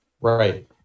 Right